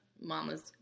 mama's